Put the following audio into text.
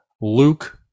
Luke